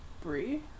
Brie